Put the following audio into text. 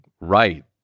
right